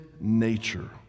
nature